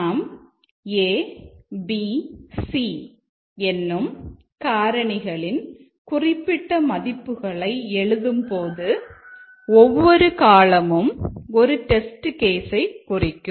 நாம் a b c என்னும் காரணிகளின் குறிப்பிட்ட மதிப்புகளை எழுதும்போது ஒவ்வொரு காளமும் குறிக்கும்